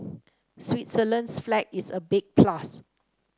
Switzerland's flag is a big plus